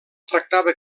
tractava